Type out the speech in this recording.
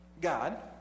God